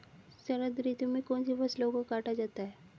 शरद ऋतु में कौन सी फसलों को काटा जाता है?